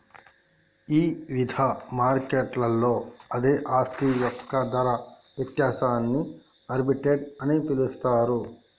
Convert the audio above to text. ఇవిధ మార్కెట్లలో అదే ఆస్తి యొక్క ధర వ్యత్యాసాన్ని ఆర్బిట్రేజ్ అని పిలుస్తరు